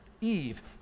Eve